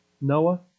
Noah